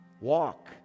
Walk